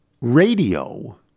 Radio